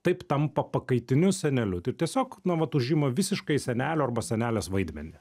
taip tampa pakaitiniu seneliu tiesiog na vat užima visiškai senelio arba senelės vaidmenį